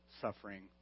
suffering